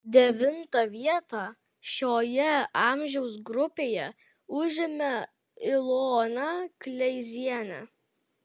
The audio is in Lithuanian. devintą vietą šioje amžiaus grupėje užėmė ilona kleizienė